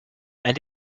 and